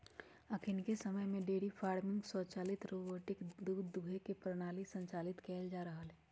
अखनिके समय में डेयरी फार्मिंग स्वचालित रोबोटिक दूध दूहे के प्रणाली संचालित कएल जा रहल हइ